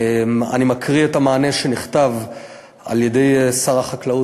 אני מקריא את המענה שנכתב על-ידי שר החקלאות,